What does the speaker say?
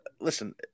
listen